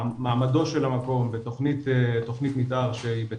מעמדו של המקום ותוכנית מתער שהיא בתוקף,